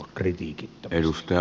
arvoisa puhemies